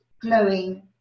glowing